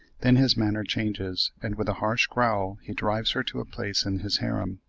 then his manner changes and with a harsh growl he drives her to a place in his harem.